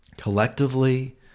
Collectively